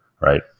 Right